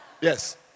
Yes